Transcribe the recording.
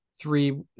three